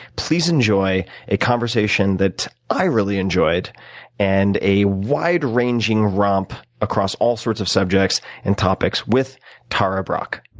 please enjoy a conversation that i really enjoyed and a wide-ranging romp across all sorts of subjects and topics with tara brach.